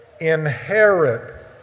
inherit